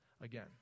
again